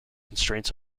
constraints